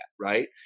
right